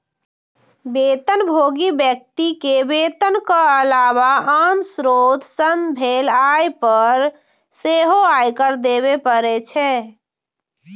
वेतनभोगी व्यक्ति कें वेतनक अलावा आन स्रोत सं भेल आय पर सेहो आयकर देबे पड़ै छै